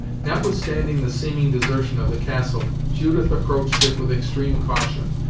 notwithstanding the seeming desertion of the castle, judith approached it with extreme caution.